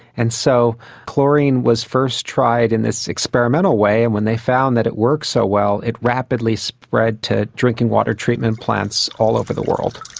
and so chlorine was first tried in this experimental way, and when they found that it worked so well it rapidly spread to drinking water treatment plants all over the world.